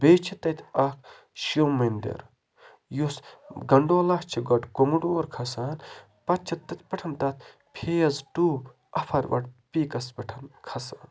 بیٚیہِ چھِ تَتہِ اَکھ شِو مٔنٛدِر یُس گَنڈولا چھُ گۄڈٕ کوٚمڈور کھَسان پَتہٕ چھِ تتھہِ پٮ۪ٹھ تَتھ فیز ٹو اَفروَٹ پیٖکَس پٮ۪ٹھ کھسان